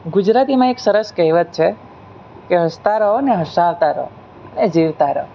ગુજરાતીમાં એક સરસ કહેવત છે કે હસતા રહો અને હસાવતા રહો એ જીવતા રહો